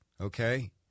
Okay